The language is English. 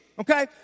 Okay